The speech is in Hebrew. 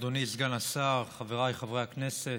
אדוני סגן השר, חבריי חברי הכנסת,